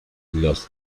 los